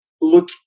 look